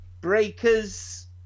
Breakers